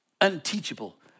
unteachable